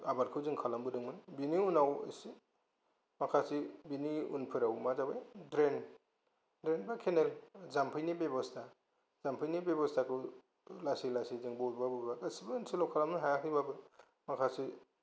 आबादखौ जों खालामबोदोंमोन बेनि उनाव माखासे बिनि उनफोराव मा जाबाय द्रेन द्रेन बा केनेल जामफैनि बेबसथा जामफैनि बेबस्थाखौ लासै लासै जों बबेबा बबेबा गासिबो ओनसोलाव खालामनो हायाखैबाबो माखासे